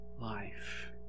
life